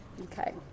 Okay